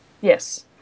yes